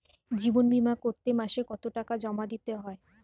জীবন বিমা করতে মাসে কতো টাকা জমা দিতে হয়?